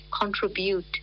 contribute